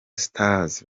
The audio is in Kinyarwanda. stars